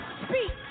speak